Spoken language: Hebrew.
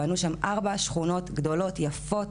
בנו שם ארבע שכונות גדולות יפות,